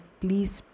please